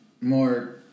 more